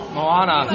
Moana